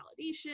validation